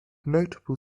notable